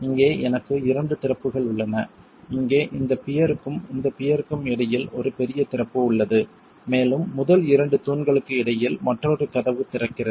இங்கே எனக்கு இரண்டு திறப்புகள் உள்ளன இங்கே இந்த பியர்க்கும் இந்த பியர்க்கும் இடையில் ஒரு பெரிய திறப்பு உள்ளது மேலும் முதல் இரண்டு தூண்களுக்கு இடையில் மற்றொரு கதவு திறக்கிறது